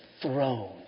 throne